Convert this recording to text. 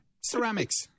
ceramics